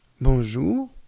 Bonjour